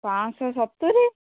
ପାଞ୍ଚଶହ ସତୁରୀ